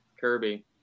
Kirby